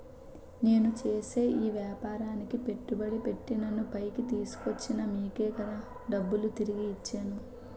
నేను చేసే ఈ వ్యాపారానికి పెట్టుబడి పెట్టి నన్ను పైకి తీసుకొచ్చిన మీకే కదా డబ్బులు తిరిగి ఇచ్చేను